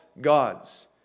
gods